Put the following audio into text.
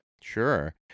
Sure